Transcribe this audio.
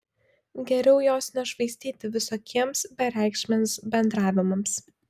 geriau jos nešvaistyti visokiems bereikšmiams bendravimams